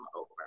over